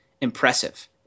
impressive